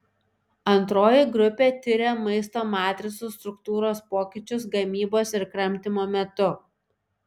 antroji grupė tiria maisto matricų struktūros pokyčius gamybos ir kramtymo metu